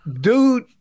dude